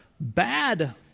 bad